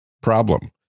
problem